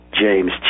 James